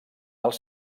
els